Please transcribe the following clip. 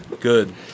Good